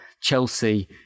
Chelsea